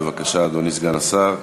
בבקשה, אדוני סגן השר.